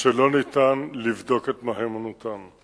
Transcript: שלא ניתן לבדוק את מהימנותן.